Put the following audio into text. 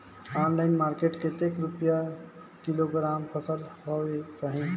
Online market मां कतेक रुपिया किलोग्राम फसल हवे जाही?